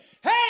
hey